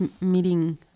meeting